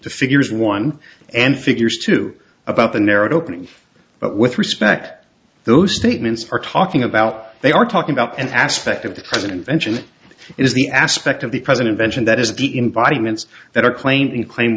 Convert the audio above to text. to figures one and figures to about the narrowed opening but with respect those statements are talking about they are talking about an aspect of the president mentioned is the aspect of the president mentioned that is the environments that are claiming claim